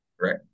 Right